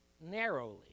narrowly